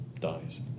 dies